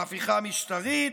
בהפיכה המשטרית,